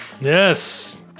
Yes